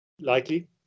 Likely